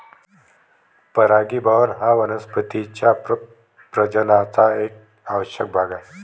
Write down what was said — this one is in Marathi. परागीभवन हा वनस्पतीं च्या प्रजननाचा एक आवश्यक भाग आहे